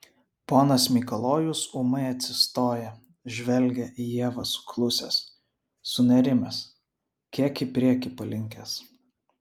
ponas mikalojus ūmai atsistoja žvelgia į ievą suklusęs sunerimęs kiek į priekį palinkęs